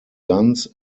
guns